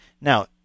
Now